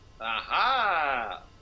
Aha